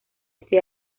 ese